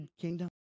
kingdom